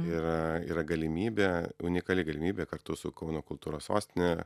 ir yra galimybė unikali galimybė kartu su kauno kultūros sostine